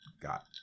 got